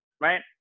Right